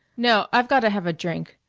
no. i've got to have a drink.